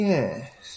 Yes